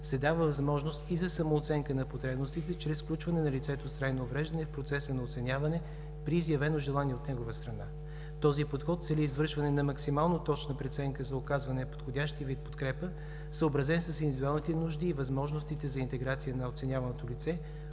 се дава възможност и за самооценка на потребностите чрез включване на лицето с трайно увреждано в процеса на оценяване при изявено желание от негова страна. Този подход цели извършване на максимално точна преценка за оказване на подходящия вид подкрепа, съобразен с индивидуалните нужди и възможностите за интеграция на оценяваното лице,